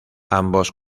ambos